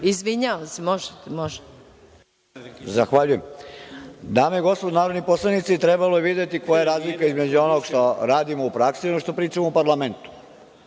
Rističević** Zahvaljujem. Dame i gospodo narodni poslanici, trebalo je videti koja je razlika između onog što radimo u praksi i onog što pričamo u parlamentu.